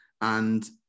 And-